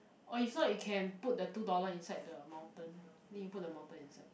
oh is not you can put the two dollar inside the mountain then you put the mountain inside